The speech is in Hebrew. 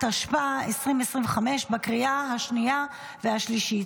התשפ"ה 2025, בקריאה השנייה והשלישית.